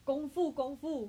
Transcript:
kung fu kung fu